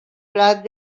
prat